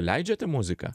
leidžiate muziką